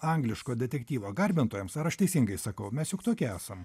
angliško detektyvo garbintojams ar aš teisingai sakau mes juk tokie esam